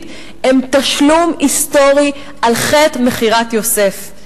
הם תשלום היסטורי על חטא מכירת יוסף.